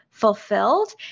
fulfilled